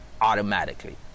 automatically